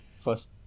first